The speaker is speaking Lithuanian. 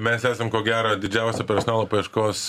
mes esam ko gero didžiausia personalo paieškos